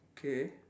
K